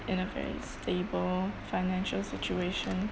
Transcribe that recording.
in a very stable financial situation